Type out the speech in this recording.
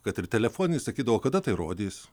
kad ir telefoninis sakydavo kada tai rodys